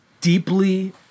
deeply